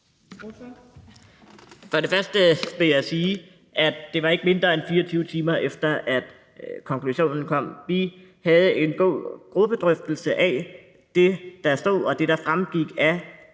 (RV): Jeg vil sige, at det ikke var, mindre end 24 timer efter konklusionen kom. Vi havde en god gruppedrøftelse af det, der stod, og det,